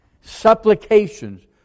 Supplications